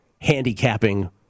handicapping